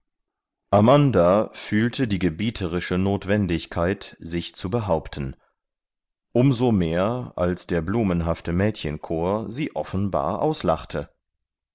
amanda fühlte die gebieterische notwendigkeit sich zu behaupten um so mehr als der blumenhafte mädchenchor sie offenbar auslachte